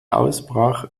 ausbrach